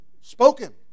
spoken